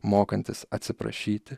mokantis atsiprašyti